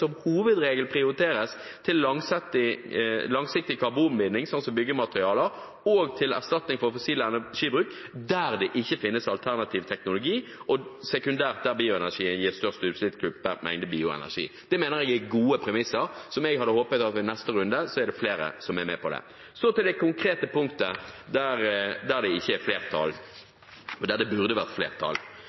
som hovedregel prioriteres til langsiktig karbonbinding, sånn som byggematerialer, og erstatning for fossil energibruk der det ikke finnes alternativ teknologi, og sekundært, der bioenergien gir størst utslippskutt per mengde bioenergi. – Dette mener jeg er gode premisser, som jeg håper at det i neste runde er flere som er med på. Så til det konkrete punktet der det ikke er flertall, men der det burde vært flertall.